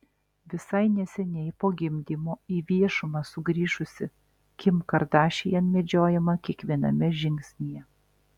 visai neseniai po gimdymo į viešumą sugrįžusi kim kardashian medžiojama kiekviename žingsnyje